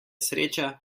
sreča